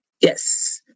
Yes